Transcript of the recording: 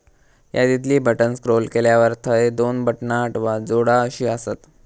यादीतली बटण स्क्रोल केल्यावर थंय दोन बटणा हटवा, जोडा अशी आसत